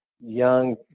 young